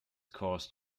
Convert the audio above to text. caused